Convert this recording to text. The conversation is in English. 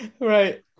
Right